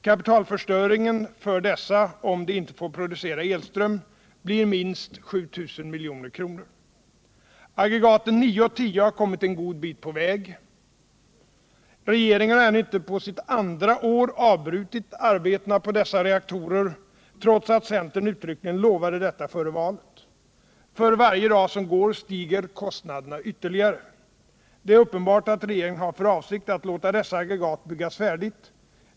Kapitalförstöringen för dessa, om de inte får producera elström, blir minst 7000 milj.kr. Aggregaten 9 och 10 har kommit en god bit på väg. Regeringen har ännu inte, på sitt andra år, avbrutit arbetena på dessa reaktorer, trots att centern uttryckligen lovade detta före valet. För varje dag som går stiger kostnaderna ytterligare. Det är uppenbart att regeringen har för avsikt att låta dessa aggregat byggas färdigt.